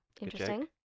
Interesting